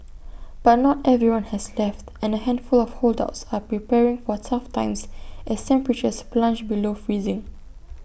but not everyone has left and A handful of holdouts are preparing for tough times as temperatures plunge below freezing